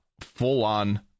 full-on